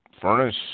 Furnace